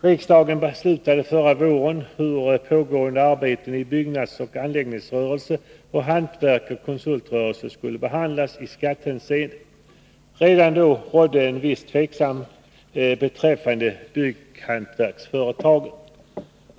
Riksdagen beslutade förra våren hur pågående arbeten i byggnadseller anläggningsrörelse och hantverkseller konsultrörelse skulle behandlas i skattehänseende. Redan då rådde en viss tveksamhet beträffande bygghantverksföretagen.